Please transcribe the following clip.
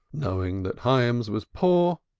knowing that hyams was poor,